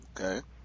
Okay